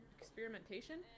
Experimentation